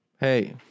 Hey